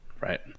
Right